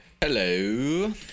Hello